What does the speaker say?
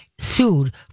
sued